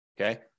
Okay